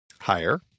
Higher